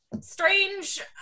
strange